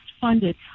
funded